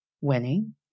winning